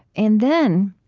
and then,